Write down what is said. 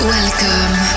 Welcome